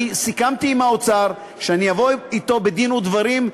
אני סיכמתי עם האוצר שאני אבוא אתו בדין ודברים,